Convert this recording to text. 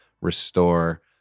restore